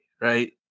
right